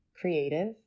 creative